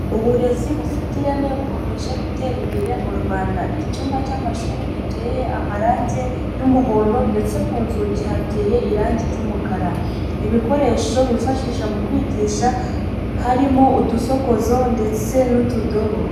Uburezi bufite ireme bukomeje gutera imbere mu Rwanda, icyumba cy'amashuri giteye amarangi y'umuhondo ndetse ku nzugi hateye irangi ry'umukara, ibikoresho bifashisha mu kwigisha harimo udusokozo ndetse n'utudobo.